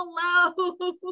hello